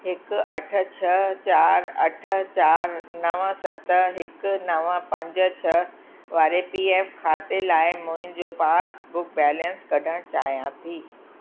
हिकु अठ छह चारि अठ चारि नव सत हिकु नव पंज छह वारे पी एफ खाते लाइ मुंहिंजो पासबुक बैलेंस कढणु चाहियां थी